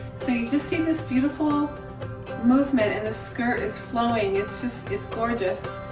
so you just see this beautiful movement and the skirt is flowing it's just it's gorgeous,